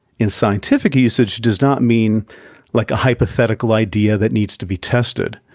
in scientific usage, does not mean like a hypothetical idea that needs to be tested,